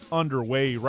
underway